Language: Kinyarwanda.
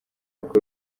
uko